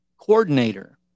coordinator